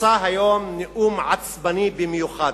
נשא היום נאום עצבני במיוחד,